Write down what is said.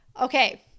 Okay